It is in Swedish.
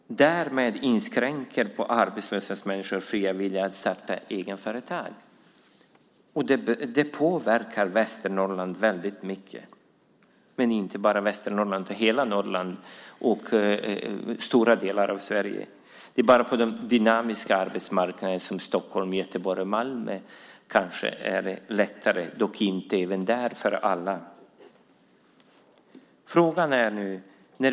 Därmed inskränker man arbetslösa människors fria vilja att starta eget företag. Det påverkar Västernorrland väldigt mycket, och inte bara Västernorrland utan hela Norrland och stora delar av Sverige. Det är bara på de dynamiska arbetsmarknaderna, som Stockholm, Göteborg och Malmö, som det är lättare, men inte heller där för alla.